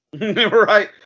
right